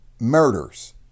murders